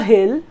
Hill